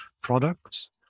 products